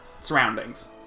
surroundings